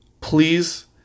Please